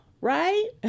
Right